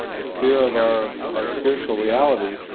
the fear of our our spiritual reality,